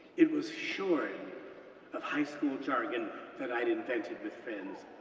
it was shorn of high school jargon that i'd invented with friends,